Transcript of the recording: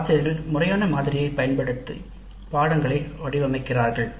சில ஆசிரியர்கள் முறையான மாதிரியைப் பயன்படுத்தி படிப்புகளை வடிவமைக்கிறார்கள்